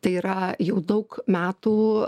tai yra jau daug metų